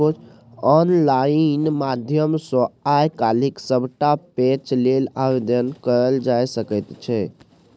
online माध्यम सँ आय काल्हि सभटा पैंच लेल आवेदन कएल जाए सकैत छै